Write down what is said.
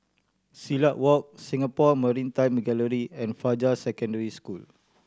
Silat Walk Singapore Maritime Gallery and Fajar Secondary School